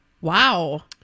Wow